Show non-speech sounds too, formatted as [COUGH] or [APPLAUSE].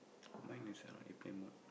[NOISE] mine is on airplane mode